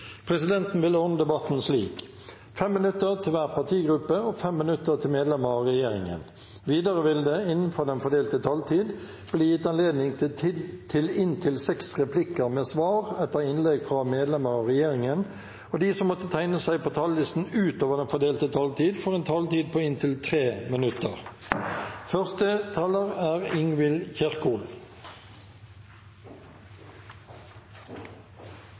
Presidenten vil ordne debatten slik: 5 minutter til hver partigruppe og 5 minutter til medlemmer av regjeringen. Videre vil det – innenfor den fordelte taletid – bli gitt anledning til inntil seks replikker med svar etter innlegg fra medlemmer av regjeringen, og de som måtte tegne seg på talerlisten utover den fordelte taletid, får en taletid på inntil 3 minutter. Dette er